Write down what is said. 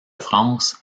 france